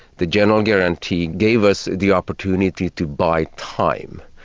the general guarantee gave us the opportunity to buy time.